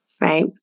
right